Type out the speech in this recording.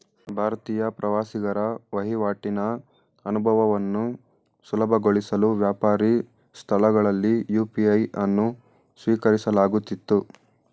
ಭಾರತೀಯ ಪ್ರವಾಸಿಗರ ವಹಿವಾಟಿನ ಅನುಭವವನ್ನು ಸುಲಭಗೊಳಿಸಲು ವ್ಯಾಪಾರಿ ಸ್ಥಳಗಳಲ್ಲಿ ಯು.ಪಿ.ಐ ಅನ್ನು ಸ್ವೀಕರಿಸಲಾಗುತ್ತಿತ್ತು